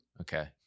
Okay